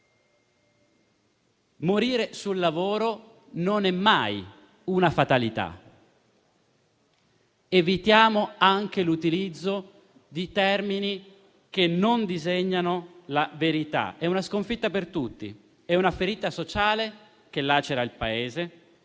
Morire sul lavoro non è mai una fatalità: evitiamo anche l'utilizzo di termini che non descrivono la verità. È una sconfitta per tutti, è una ferita sociale che lacera il Paese,